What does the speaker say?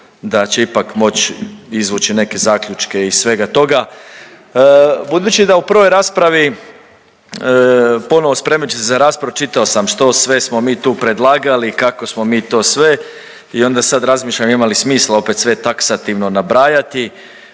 da će ipak moći izvući neke zaključke iz svega toga. Budući da u prvoj raspravi ponovo spremajući se za raspravu čitao sam što sve smo mi tu predlagali, kako smo mi to sve i onda sad razmišljam ima li smisla opet sve taksativno nabrajati.